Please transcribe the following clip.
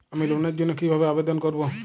আমি লোনের জন্য কিভাবে আবেদন করব?